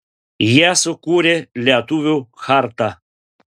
jie sukūrė lietuvių chartą